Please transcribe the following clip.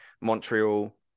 Montreal